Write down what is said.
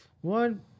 one